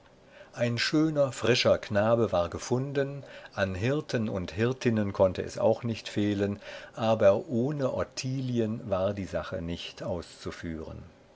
ein schöner frischer knabe war gefunden an hirten und hirtinnen konnte es auch nicht fehlen aber ohne ottilien war die sache nicht auszuführen